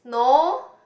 no